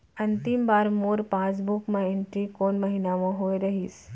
अंतिम बार मोर पासबुक मा एंट्री कोन महीना म होय रहिस?